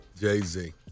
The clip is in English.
Jay-Z